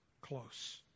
close